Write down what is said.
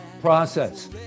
process